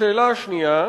השאלה השנייה: